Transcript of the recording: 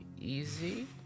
easy